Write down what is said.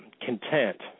content